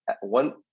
one